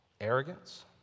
arrogance